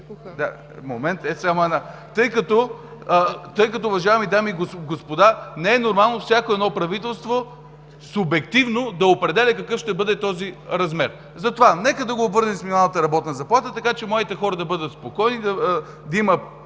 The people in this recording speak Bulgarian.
...тъй като, уважаеми дами и господа, не е нормално всяко едно правителство субективно да определя какъв ще бъде този размер. Затова нека да го обвържем с минималната работна заплата, така че младите хора да бъдат спокойни, да има